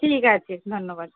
ঠিক আছে ধন্যবাদ